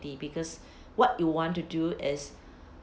because what you want to do is